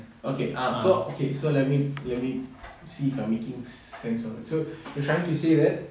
okay err so okay so let me let me see if I'm making sense of it so you are trying to say that